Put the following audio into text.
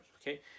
okay